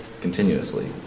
continuously